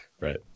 Right